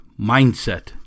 Mindset